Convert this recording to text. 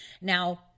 now